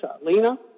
Lena